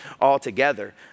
altogether